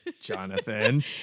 Jonathan